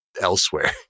elsewhere